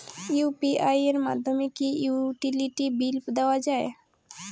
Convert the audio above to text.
UPI এর মাধ্যমে কি ইউটিলিটি বিল দেওয়া যায়?